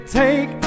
take